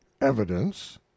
evidence